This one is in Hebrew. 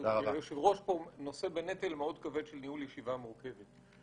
היושב ראש נושא בנטל המאוד כבד של ניהול ישיבה מורכבת.